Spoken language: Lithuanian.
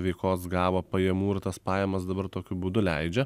veikos gavo pajamų ir tas pajamas dabar tokiu būdu leidžia